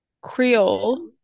Creole